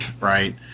right